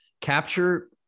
capture